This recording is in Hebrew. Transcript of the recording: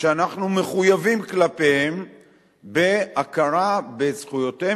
שאנחנו מחויבים כלפיהם בהכרה בזכויותיהם,